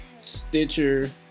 Stitcher